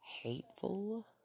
hateful